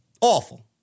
Awful